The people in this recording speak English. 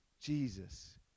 Jesus